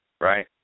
Right